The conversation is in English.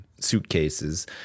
suitcases